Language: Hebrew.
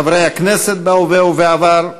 חברי הכנסת בהווה ובעבר,